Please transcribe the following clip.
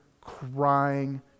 crying